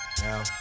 Now